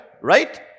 right